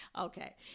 Okay